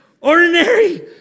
ordinary